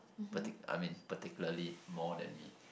particu~ I mean particularly more than me